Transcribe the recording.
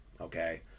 okay